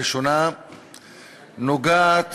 הראשונה נוגעת